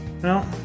No